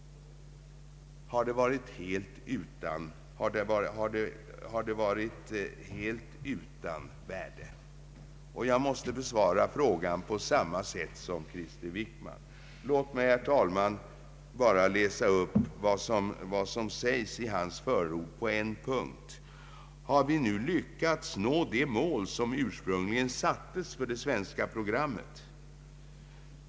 Jag har själv ställt mig frågan: Har detta arbete varit helt utan värde? Jag måste besvara frågan på samma sätt som Krister Wickman gör. Låt mig, herr talman, bara läsa upp vad som anföres i hans förord på en punkt: ”Har vi lyckats nå de mål som ursprungligen sattes för det svenska programmet?